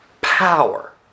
power